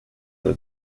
will